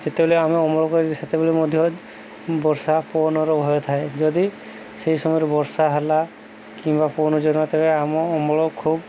ଯେତେବେଳେ ଆମ ଅମଳ କରି ସେତେବେଳେ ମଧ୍ୟ ବର୍ଷା ପବନର ଭୟ ଥାଏ ଯଦି ସେଇ ସମୟରେ ବର୍ଷା ହେଲା କିମ୍ବା ପବନ ଆମ ଅମଳ ଖୁବ